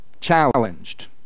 challenged